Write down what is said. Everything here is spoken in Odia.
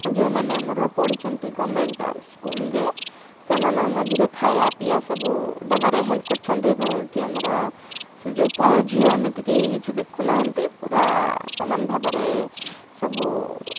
ଯୋଉମାନେ ଆମର ପଢ଼ୁଛନ୍ତି ଗଭ୍ମେଣ୍ଟ୍ ସ୍କୁଲ୍ରେ ସେମାନେ ମଝିରେ ଖାଇବା ପିଇବା ସବୁ ଦେବାରେ ହେଲ୍ପ କରିଛନ୍ତି ଏବଂ ଏଠି ଆମର ସେ ଯୋଉ ପୁଅ ଝିଅ ଏମିତି କେହି କିଛି ଦେଖୁନାହାନ୍ତି ପୁରା ସମାନ ଭାବରେ ସବୁ